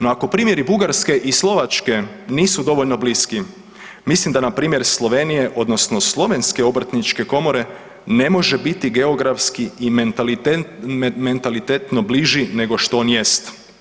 No ako primjeri Bugarske i Slovačke nisu dovoljno bliski, mislim da nam primjer Slovenije odnosno Slovenske obrtničke komore ne može biti geografski i mentalitetno bliži nego što on jest.